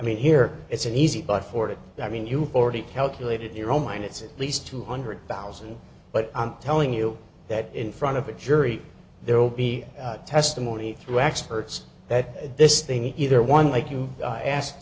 mean here it's an easy but for it i mean you've already calculated your own mind it's at least two hundred thousand but i'm telling you that in front of a jury there will be testimony through experts that this thing either one like